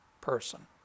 person